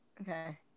Okay